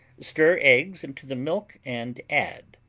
stir eggs into the milk and add.